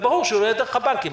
וברור שלא יהיה דרך הבנקים.